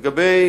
לגבי